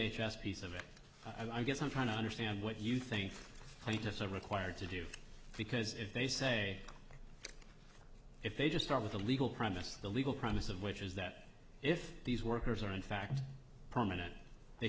h s piece of it i guess i'm trying to understand what you think plaintiffs are required to do because if they say if they just start with a legal premise the legal promise of which is that if these workers are in fact permanent they